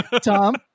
Tom